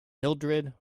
mildrid